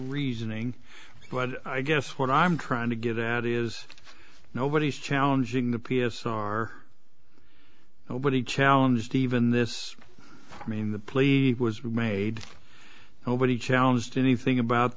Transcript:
reasoning but i guess what i'm trying to get at is nobody is challenging the p s r nobody challenged even this mean the plea was made nobody challenged anything about